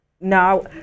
No